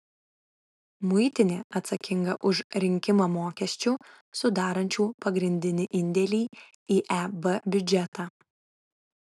muitinė atsakinga už rinkimą mokesčių sudarančių pagrindinį indėlį į eb biudžetą